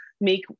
make